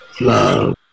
Love